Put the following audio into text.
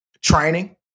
training